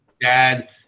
Dad